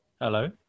hello